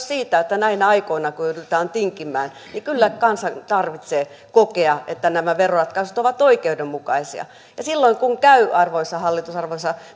siitä että näinä aikoina kun joudutaan tinkimään kyllä kansan tarvitsee kokea että nämä veroratkaisut ovat oikeudenmukaisia silloin kun käy arvoisa hallitus arvoisa